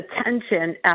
attention